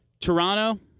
Toronto